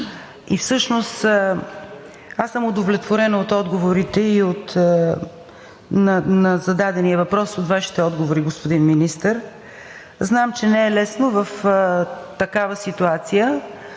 и всъщност аз съм удовлетворена от отговорите на зададения въпрос – от Вашите отговори, господин Министър. Знам, че не е лесно в такава ситуация